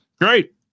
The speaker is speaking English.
Great